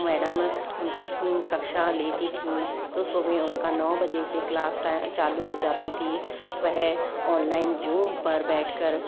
madam उनकी कक्षा लेती थीं तो सुबह उनका नौ बजे से क्लास चालू हो जाती थी वह ऑनलाइन ज़ूम पर बैठकर